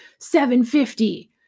750